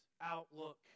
outlook